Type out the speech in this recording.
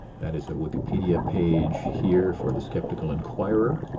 that is a wikipedia page, here, for the skeptical inquirer.